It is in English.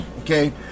okay